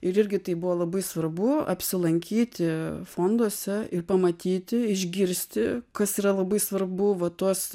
ir irgi tai buvo labai svarbu apsilankyti fonduose ir pamatyti išgirsti kas yra labai svarbu va tuos